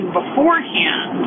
beforehand